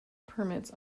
permits